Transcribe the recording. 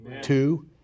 Two